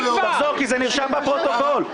תחזור כי זה נרשם בפרוטוקול.